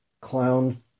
clown